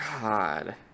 God